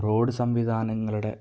road സംവിധാനങ്ങളുടെ